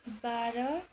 बाह्र